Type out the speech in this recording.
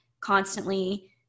constantly